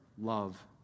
love